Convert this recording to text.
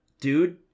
dude